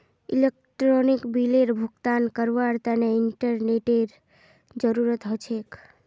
electronic बिलेर भुगतान करवार तने इंटरनेतेर जरूरत ह छेक